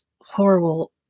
horrible